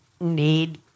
need